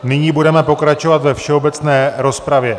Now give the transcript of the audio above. Nyní budeme pokračovat ve všeobecné rozpravě.